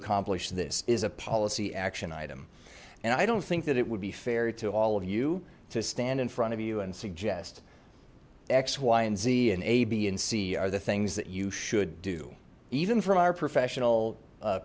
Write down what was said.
accomplish this is a policy action item and i don't think that it would be fair to all of you to stand in front of you and suggest xy and z and a b and c are the things that you should do even from our professional